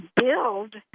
build